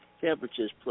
temperatures